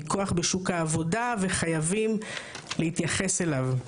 היא כוח בשוק העבודה וחייבים להתייחס אליו.